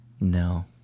No